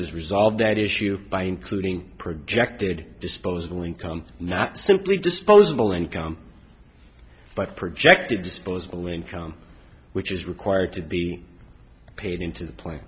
has resolved that issue by including projected disposable income not simply disposable income but projected disposable income which is required to be paid into the plan